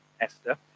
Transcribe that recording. Esther